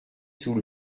sous